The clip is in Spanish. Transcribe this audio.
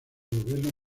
gobierno